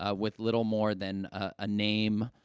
ah with little more than, ah, a name,